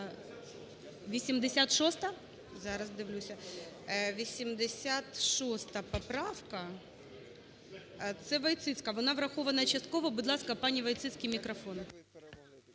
86 поправка, цеВойціцька, вона врахована частково. Будь ласка, паніВойціцькій мікрофон.